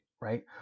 right